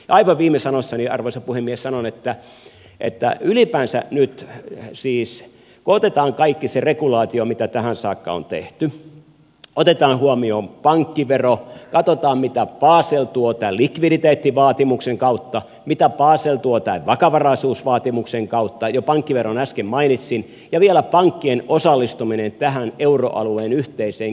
aivan viime sanoissani arvoisa puhemies sanon että ylipäänsä nyt kun otetaan kaikki se regulaatio mitä tähän saakka on tehty otetaan huomioon pankkivero katsotaan mitä basel tuo tämän likviditeettivaatimuksen kautta mitä basel tuo tämän vakavaraisuusvaatimuksen kautta ja pankkiveron äsken mainitsin ja vielä pankkien osallistuminen tähän euroalueen yhteiseen kriisinratkaisurahastoon